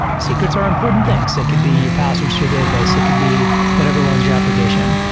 secrets are important things. they could be your passwords to your database. it could be whatever one is your application.